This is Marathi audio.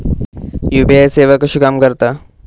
यू.पी.आय सेवा कशी काम करता?